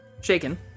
Shaken